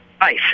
ice